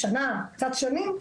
שנה או קצת שנים,